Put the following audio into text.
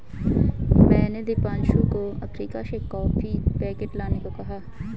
मैंने दीपांशु को अफ्रीका से कॉफी पैकेट लाने को कहा है